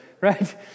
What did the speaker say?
right